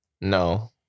No